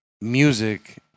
music